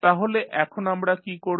তাহলে এখন আমরা কী করব